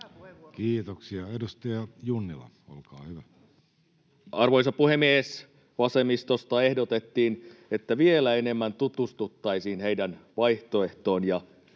muuttamisesta Time: 18:44 Content: Arvoisa puhemies! Vasemmistosta ehdotettiin, että vielä enemmän tutustuttaisiin heidän vaihtoehtoonsa,